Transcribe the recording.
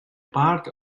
part